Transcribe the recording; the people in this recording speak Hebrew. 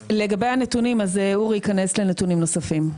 לגבי הנתונים, אז אורי ייכנס לנתונים נוספים.